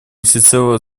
всецело